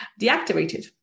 deactivated